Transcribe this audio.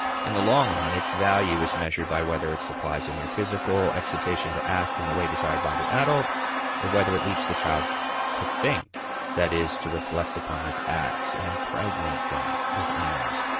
in the long run, its value is measured by whether it supplies a mere physical excitation to act in the way desired by the adult or whether it leads the child to think that is, to reflect upon his acts and impregnate them with aims.